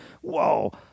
Whoa